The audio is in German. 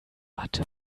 matte